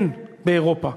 אין באירופה